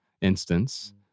instance